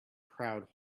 crowd